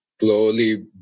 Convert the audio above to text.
slowly